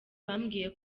bambwiye